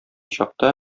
чакта